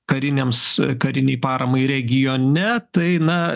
kariniams karinei paramai regione tai na